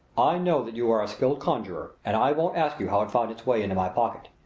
i know that you are a skillful conjurer and i won't ask you how it found its way into my pocket.